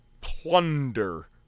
plunder